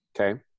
okay